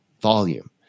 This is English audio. volume